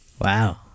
Wow